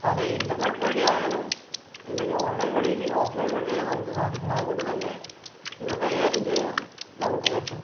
അത് ഇന്റർനെറ്റ് വഴിയായാലും അല്ലെങ്കി ഓൺലൈൻ വഴി ഇല്ലെങ്കിൽ ഓഫ്ലൈൻ വഴിയായാലും നമുക്ക് സാധിക്കും അതുകൊണ്ട് തന്നെ ഇവ കൈകാര്യം ചെയ്യാൻ നമുക്ക് പറ്റും